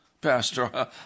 Pastor